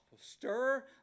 Stir